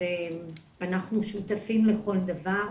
אז אנחנו שותפים לכל דבר.